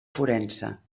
forense